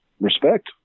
respect